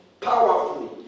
powerfully